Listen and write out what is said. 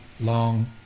long